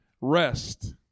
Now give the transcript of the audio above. rest